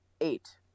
Eight